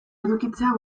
edukitzea